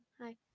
hi